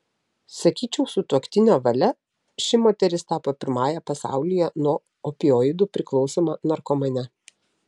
sakyčiau sutuoktinio valia ši moteris tapo pirmąja pasaulyje nuo opioidų priklausoma narkomane